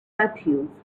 mathews